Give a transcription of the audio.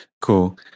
Cool